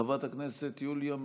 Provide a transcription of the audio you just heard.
חברת הכנסת יוליה מלינובסקי,